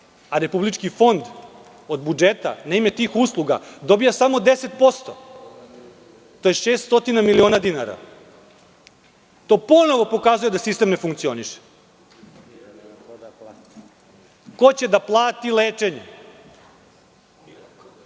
a Republički fond od budžeta na ime tih usluga dobija samo 10%, što je 600 miliona dinara. To ponovo pokazuje da sistem ne funkcioniše. Ko će da plati lečenje?